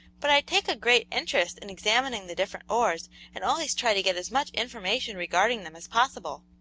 but i take a great interest in examining the different ores and always try to get as much information regarding them as possible.